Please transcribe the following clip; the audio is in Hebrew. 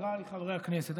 חבריי חברי הכנסת,